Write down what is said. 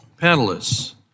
Panelists